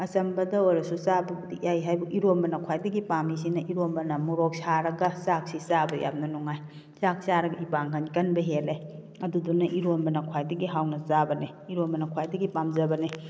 ꯑꯆꯝꯕꯗ ꯑꯣꯏꯔꯁꯨ ꯆꯥꯕꯕꯨꯗꯤ ꯌꯥꯏ ꯍꯥꯏꯕꯨ ꯏꯔꯣꯝꯕꯅ ꯈ꯭ꯋꯥꯏꯗꯒꯤ ꯄꯥꯝꯄꯤꯁꯤꯅ ꯏꯔꯣꯝꯕꯅ ꯃꯣꯔꯣꯛ ꯁꯥꯔꯒ ꯆꯥꯛꯁꯤ ꯆꯥꯕ ꯌꯥꯝꯅ ꯅꯨꯡꯉꯥꯏ ꯆꯥꯛ ꯆꯥꯔꯒ ꯏꯄꯥꯡꯒꯟ ꯀꯟꯕ ꯍꯦꯜꯂꯦ ꯑꯗꯨꯗꯨꯅ ꯏꯔꯣꯟꯕꯅ ꯈ꯭ꯋꯥꯏꯗꯒꯤ ꯍꯥꯎꯅ ꯆꯥꯕꯅꯦ ꯏꯔꯣꯟꯕꯅ ꯈ꯭ꯋꯥꯏꯗꯒꯤ ꯄꯥꯝꯖꯕꯅꯦ